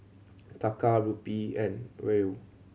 Taka Rupee and Riel